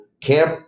Camp